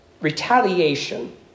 retaliation